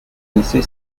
lycée